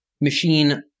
machine